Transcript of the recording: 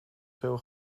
veel